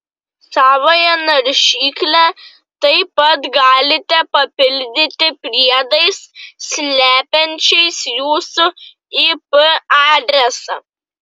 savąją naršyklę taip pat galite papildyti priedais slepiančiais jūsų ip adresą